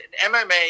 MMA –